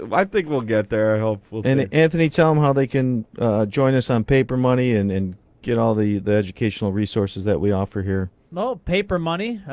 like think we'll get there, hopefully. and anthony, tell them how they can join us on paper money and and get all the the educational resources that we offer here. well, paper money,